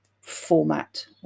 format